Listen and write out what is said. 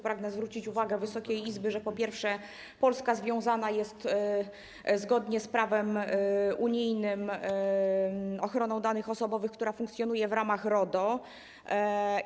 Pragnę zwrócić uwagę Wysokiej Izby, że po pierwsze, Polska związana jest zgodnie z prawem unijnym ochroną danych osobowych, która funkcjonuje w ramach RODO.